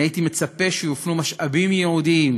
אני הייתי מצפה שיופנו משאבים ייעודיים